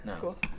cool